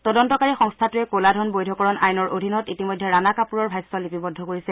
তদন্তকাৰী সংস্থাটোৱে কলাধন বৈধকৰণ আইনৰ অধীনত ইতিমধ্যে ৰাণা কাপুৰৰ ভাষ্য লিপিবদ্ধ কৰিছে